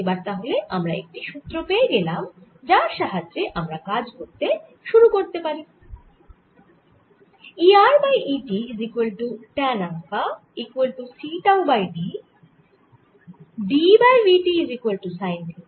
এবার তাহলে আমরা একটি সুত্র পেয়ে গেলাম যার সাহায্যে আমরা কাজ শুরু করতে পারি